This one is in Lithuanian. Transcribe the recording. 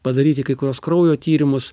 padaryti kai kuriuos kraujo tyrimus